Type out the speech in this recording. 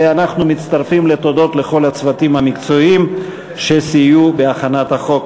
ואנחנו מצטרפים לתודות לכל הצוותים המקצועיים שסייעו בהכנת החוק.